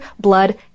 blood